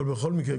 אבל בכל מקרה,